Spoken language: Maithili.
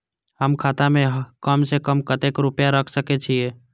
हम खाता में कम से कम कतेक रुपया रख सके छिए?